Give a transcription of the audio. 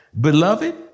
Beloved